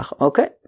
Okay